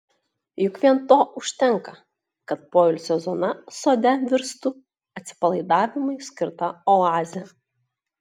juk vien to užtenka kad poilsio zona sode virstų atsipalaidavimui skirta oaze